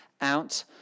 out